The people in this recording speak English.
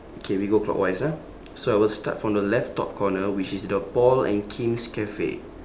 okay we go clockwise ah so I will start from the left top corner which is the paul and kim's cafe